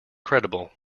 credible